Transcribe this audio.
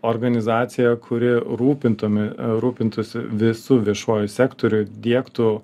organizaciją kuri rūpintųmi rūpintųsi visu viešuoju sektoriuj diegtų